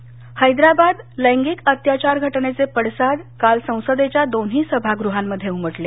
संसद हैदराबाद लैंगिक अत्याचारघटनेचे पडसाद काल संसदेच्या दोन्ही सभागृहांमध्ये उमटले